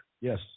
Yes